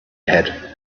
had